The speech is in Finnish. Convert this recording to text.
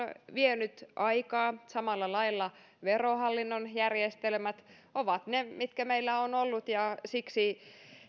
vienyt aikaa samalla lailla verohallinnon järjestelmät ovat ne mitä meillä on ollut ja siksi